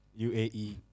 UAE